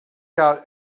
out